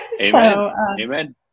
Amen